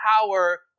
power